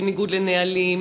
בניגוד לנהלים,